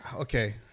okay